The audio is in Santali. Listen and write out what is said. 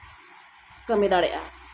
ᱠᱟᱹᱢᱤ ᱫᱟᱲᱮᱭᱟᱜᱼᱟ